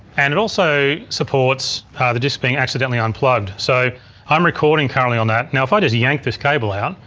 and it also supports the disc being accidentally unplugged. so i'm recording currently on that. now if i just yank this cable out.